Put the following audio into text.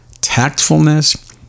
tactfulness